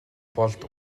болд